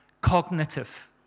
cognitive